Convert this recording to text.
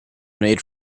made